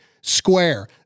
Square